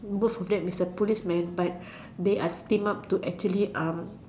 both of them is a policemen but they are team up to actually um